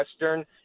Western